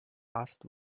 hasst